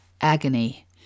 agony